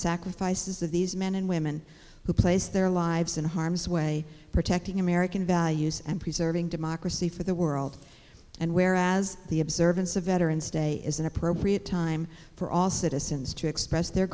sacrifices of these men and women who place their lives in harm's way protecting american values and preserving democracy for the world and where as the observance of veterans day is an appropriate time for all citizens to express their